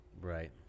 Right